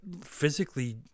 physically